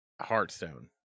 Hearthstone